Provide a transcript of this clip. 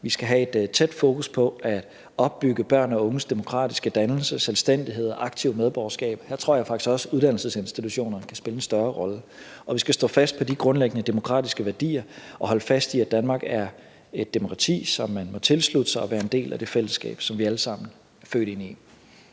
vi skal have et tæt fokus på at opbygge børns og unges demokratiske dannelse, selvstændighed og aktive medborgerskab. Her tror jeg faktisk også at uddannelsesinstitutionerne kan spille en større rolle. Og vi skal stå fast på de grundlæggende demokratiske værdier og holde fast i, at Danmark er et demokrati, som man må tilslutte sig, og at man må være en del af det fællesskab, som vi alle sammen er født ind i.